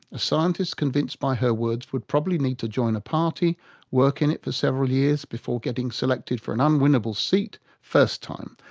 a scientist, convinced by her words, would probably need to join a party and work in it for several years before getting selected for an unwinnable seat first time,